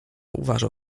uważał